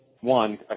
one